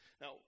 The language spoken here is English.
Now